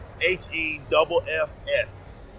h-e-double-f-s